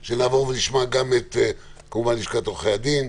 שנשמע כמובן גם את לשכת עורכי הדין,